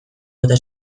bota